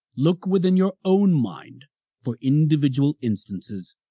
look within your own mind for individual instances.